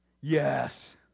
Yes